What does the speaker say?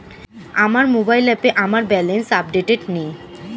আমার মোবাইল অ্যাপে আমার ব্যালেন্স আপডেটেড নেই